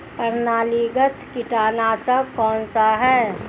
प्रणालीगत कीटनाशक कौन सा है?